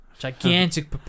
gigantic